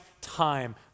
time